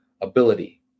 ability